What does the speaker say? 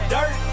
Dirt